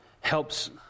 helps